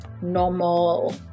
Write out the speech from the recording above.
normal